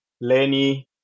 Lenny